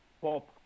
pop